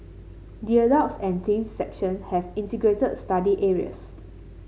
the adults and teens section have integrated study areas